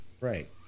Right